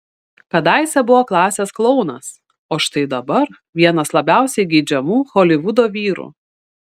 kadaise buvo klasės klounas o štai dabar vienas labiausiai geidžiamų holivudo vyrų